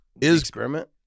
Experiment